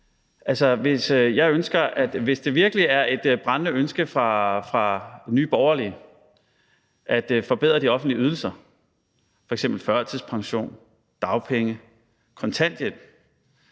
hvis det virkelig er et brændende ønske fra Nye Borgerliges side at forbedre de offentlige ydelser som f.eks. førtidspension, dagpenge og kontanthjælp,